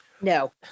No